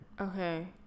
Okay